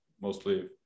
mostly